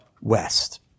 West